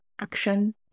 action